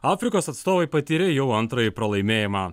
afrikos atstovai patyrė jau antrąjį pralaimėjimą